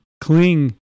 cling